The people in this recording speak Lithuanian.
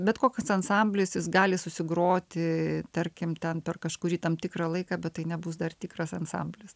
bet koks ansamblis jis gali susigroti tarkim ten per kažkurį tam tikrą laiką bet tai nebus dar tikras ansamblis